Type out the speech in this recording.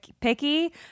picky